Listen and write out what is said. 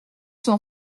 son